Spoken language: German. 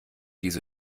diese